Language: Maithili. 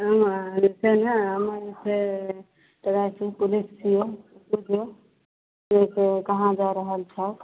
हमे हमे छै ने हमे जे छै ट्रैफिक पुलिस छिए पुछै छिअऽ कहाँ जा रहल छऽ